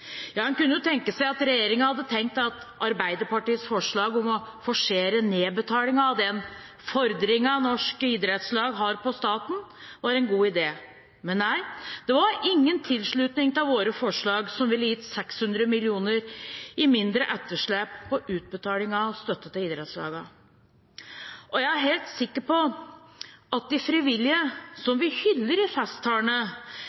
Ja, en kunne jo tenke seg at regjeringen hadde tenkt at Arbeiderpartiets forslag om å forsere nedbetalingen av den fordringen norske idrettslag har på staten, var en god idé. Men nei, det var ingen tilslutning til våre forslag, som ville gitt 600 mill. kr mindre i etterslep på utbetalingen av støtte til idrettslagene. Og jeg er helt sikker på at de frivillige, som vi hyller i festtalene,